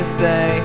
say